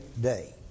day